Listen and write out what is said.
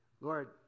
Lord